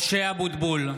משה אבוטבול,